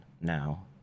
now